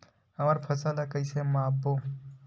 हमन फसल ला कइसे माप बो?